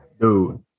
dude